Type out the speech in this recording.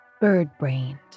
bird-brained